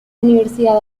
universidad